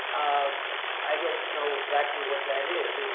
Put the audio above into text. um i don't know exactly what that is?